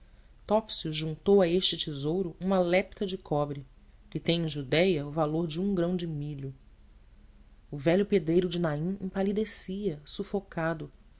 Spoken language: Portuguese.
topsius juntou a este tesouro um lepta de cobre que tem em judéia o valor de um grão de milho o velho pedreiro de naim empalidecia sufocado